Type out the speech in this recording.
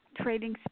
Trading